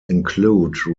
include